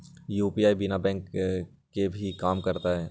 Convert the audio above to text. UPI बिना bank के भी कम करतै?